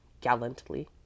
gallantly